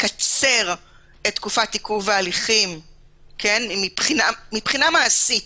לקצר את תקופת עיכוב ההליכים - מבחינה מעשית,